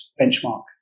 benchmark